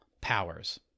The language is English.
powers